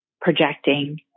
Projecting